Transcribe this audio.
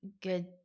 good